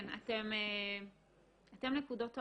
אתם נקודות האור.